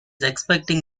expecting